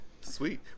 Sweet